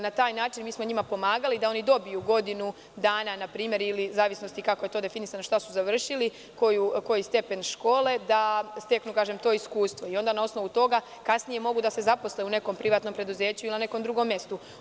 Na taj način mi smo njima pomagali da oni dobiju godinu dana ili, u zavisnosti kako je to definisano, šta su završili, koji stepen škole, da steknu to iskustvo, i onda na osnovu toga kasnije mogu da se zaposle u nekom privatnom preduzeću ili na nekom drugom mestu.